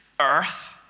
earth